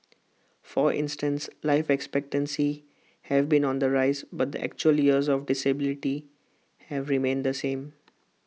for instance life expectancy have been on the rise but the actual years of disability have remained the same